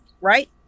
right